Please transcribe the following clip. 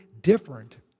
different